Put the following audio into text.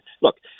Look